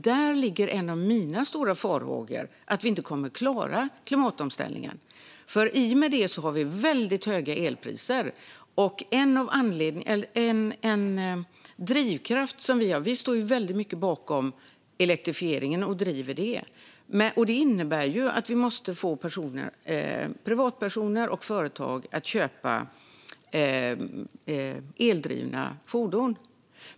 Där ligger en av mina stora farhågor - att vi inte kommer att klara klimatomställningen. I och med detta har vi nämligen väldigt höga elpriser. Vi står väldigt mycket bakom elektrifieringen och driver det. Det innebär att vi måste få privatpersoner och företag att köpa eldrivna fordon.